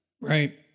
Right